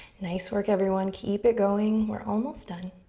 nice work, everyone. keep it going. we're almost done.